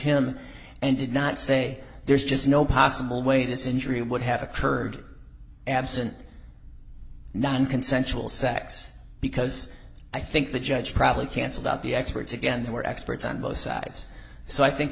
him and did not say there's just no possible way this injury would have occurred absent nonconsensual sex because i think the judge probably cancels out the experts again there were experts on both sides so i think